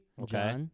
Okay